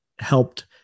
helped